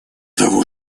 того